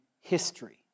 history